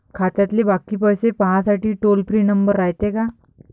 खात्यातले बाकी पैसे पाहासाठी टोल फ्री नंबर रायते का?